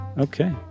Okay